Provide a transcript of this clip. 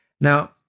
Now